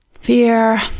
Fear